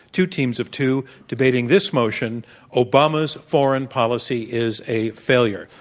two teams of two, debating this motion obama's foreign policy is a failure.